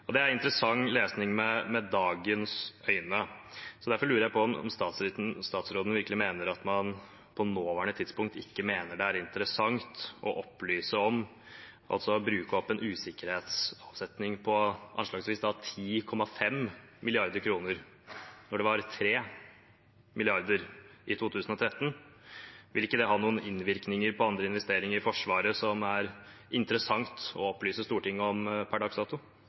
Det er interessant lesning med dagens øyne. Derfor lurer jeg på om statsråden virkelig mener at man på nåværende tidspunkt ikke mener det er interessant å opplyse om å bruke opp en usikkerhetsavsetning på anslagsvis 10,5 mrd. kr, når det var 3 mrd. kr i 2013. Vil ikke det ha noen innvirkninger på andre investeringer i Forsvaret som det er interessant å opplyse Stortinget om per